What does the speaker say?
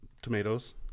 Tomatoes